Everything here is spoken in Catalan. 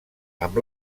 amb